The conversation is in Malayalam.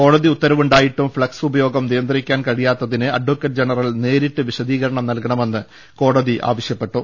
കോടതി ഉത്തരവുണ്ടായിട്ടും ഫ്ളക്സ് ഉപയോഗം നിയന്ത്രിക്കാൻ കഴിയാത്തതിന് അഡക്കറ്റ് ജനറൽ നേരിട്ട് വിശദീകരണം നല്കണമെന്ന് കോടതി ആവശ്യപ്പെട്ടു